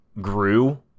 grew